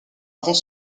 avant